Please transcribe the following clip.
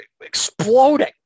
exploding